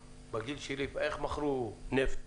איך מכרו פעם נפט?